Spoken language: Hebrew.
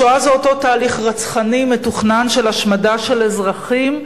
השואה זה אותו תהליך רצחני מתוכנן של השמדה של אזרחים,